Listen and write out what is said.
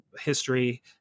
history